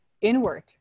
inward